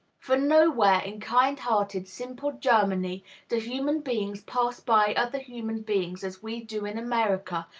for nowhere in kind-hearted, simple germany do human beings pass by other human beings, as we do in america,